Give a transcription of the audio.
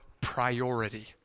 priority